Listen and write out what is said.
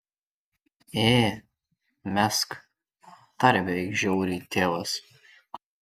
ė mesk tarė beveik žiauriai tėvas